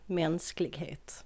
mänsklighet